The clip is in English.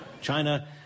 China